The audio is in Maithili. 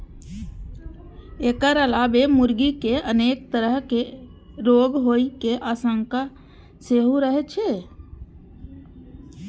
एकर अलावे मुर्गी कें अनेक तरहक रोग होइ के आशंका सेहो रहै छै